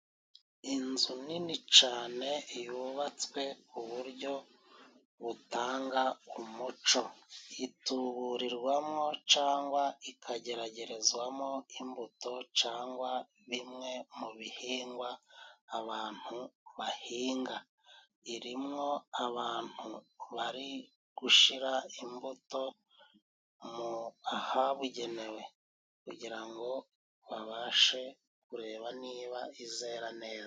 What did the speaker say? Inzu nini cane yubatswe k'uburyo butanga umuco, ituburirwamo cangwa ikageragerezwamo imbuto, cangwa bimwe mu bihingwa abantu bahinga, irimwo abantu bari gushira imbuto mu ahabugenewe kugira ngo babashe kureba niba izera neza.